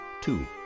Two